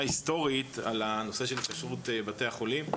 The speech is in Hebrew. היסטורית על הנושא של כשרות בתי חולים.